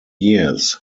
years